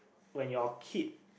when your kid